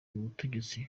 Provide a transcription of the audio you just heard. butegetsi